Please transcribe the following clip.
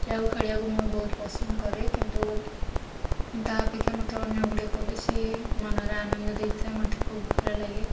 ଯାହାକୁ ଖେଳିବାକୁ ମୁଁ ବହୁତ ପସନ୍ଦ କରେ କିନ୍ତୁ ତା ଅପେକ୍ଷା ମୋତେ ଅନ୍ୟ ଗୁଡ଼ିକ ବେଶି ମନରେ ଆନନ୍ଦ ଦେଇଥାଏ ମୋତେ ଖୁବ୍ ଭଲ ଲାଗେ